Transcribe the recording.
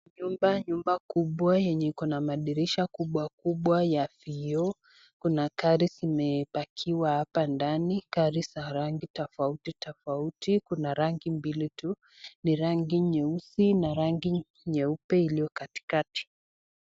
Nyumba, nyumba kubwa yenye iko na madirisha kubwa kubwa ya vioo, kuna gari zenye zimepakiwa hapa ndani, gari za rangi tofautitofauti, kuna rangi mbili tu, ni rangi nyeusi na rangi nyeupe iliyo katikati.